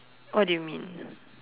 what do you mean